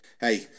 hey